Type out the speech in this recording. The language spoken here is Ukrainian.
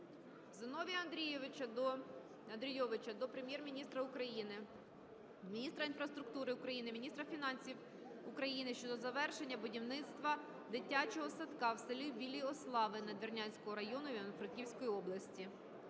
Зіновія Андрійовича до Прем'єр-міністра України, міністра інфраструктури України, міністра фінансів України щодо завершення будівництва дитячого садка в селі Білі Ослави, Надвірнянського району, Івано-Франківської області.